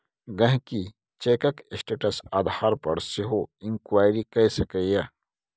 गांहिकी चैकक स्टेटस आधार पर सेहो इंक्वायरी कए सकैए